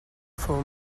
for